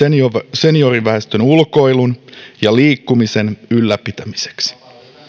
senioriväestön ulkoilun ja liikkumisen ylläpitämiseksi